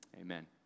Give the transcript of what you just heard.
Amen